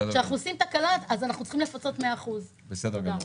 כשאנחנו עושים תקלה אז אנחנו צריכים לפצות 100%. בסדר גמור.